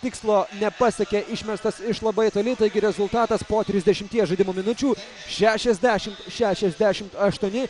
tikslo nepasiekia išmestas iš labai toli taigi rezultatas po trisdešimies žaidimo minučių šešiasdešim šešiasdešim aštuoni